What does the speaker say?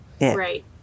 Right